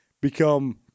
become